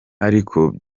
ariko